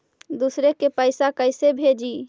दुसरे के पैसा कैसे भेजी?